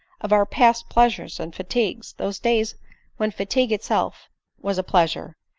of our past pleasures and fatigues, those days when fatigue itself was a pleasure,